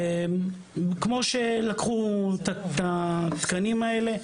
כמו שלקחו את התקנים האלה,